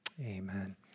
amen